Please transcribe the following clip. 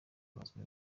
bazwi